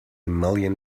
million